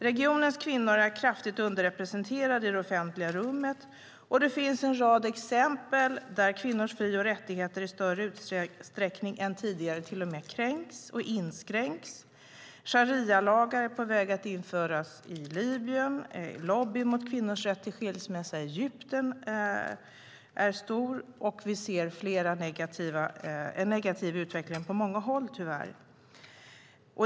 Regionens kvinnor är kraftigt underrepresenterade i det offentliga rummet, och det finns en rad exempel där kvinnors fri och rättigheter i större utsträckning än tidigare till och med kränks och inskränks. Sharialagar är på väg att införas i Libyen, lobbyn mot kvinnors rätt till skilsmässa i Egypten är stark och vi ser tyvärr en negativ utveckling på många håll.